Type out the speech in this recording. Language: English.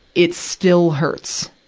it still hurts.